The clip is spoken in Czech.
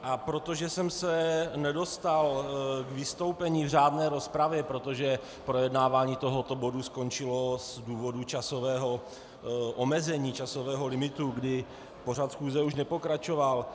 A protože jsem se nedostal k vystoupení v řádné rozpravě, protože projednávání tohoto bodu skončilo z důvodu časového omezení, časového limitu, kdy pořad schůze už nepokračoval.